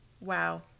Wow